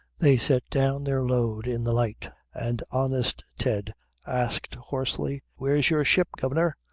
they set down their load in the light and honest ted asked hoarsely where's your ship, guv'nor?